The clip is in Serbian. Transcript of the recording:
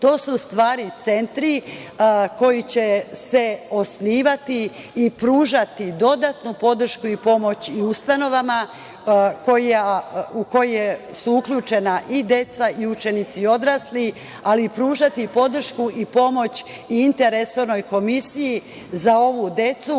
To su, u stvari centri koji će se osnivati i pružati dodatnu podršku i pomoć ustanovama u koje su uključena i deca i učenici i odrasli, ali pružati podršku i pomoć interresornoj komisiji za ovu decu